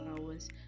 hours